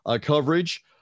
coverage